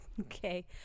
Okay